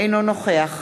אינו נוכח